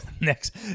Next